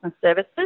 services